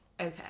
okay